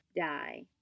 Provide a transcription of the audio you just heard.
die